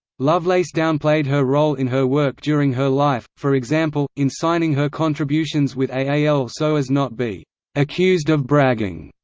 lovelace downplayed her role in her work during her life, for example, in signing her contributions with ah aal so as not be accused of bragging.